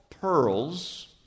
pearls